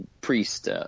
Priest